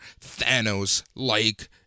Thanos-like